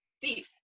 thieves